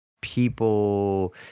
people